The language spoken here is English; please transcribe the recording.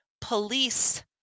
police